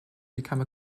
become